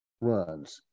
runs